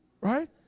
right